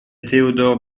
théodore